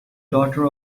daughter